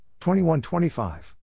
21-25